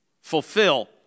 fulfill